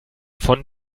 von